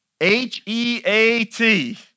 H-E-A-T